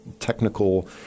Technical